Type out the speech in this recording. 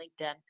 linkedin